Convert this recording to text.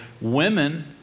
Women